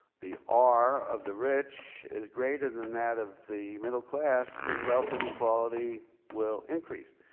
the r of the rich is greater than that of the middle class then wealth and equality will increase.